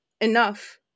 enough